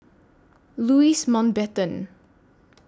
Louis Mountbatten